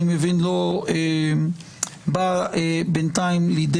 אני חייב לומר שלא נרשמו כל כך הרבה מומחים.